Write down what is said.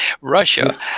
Russia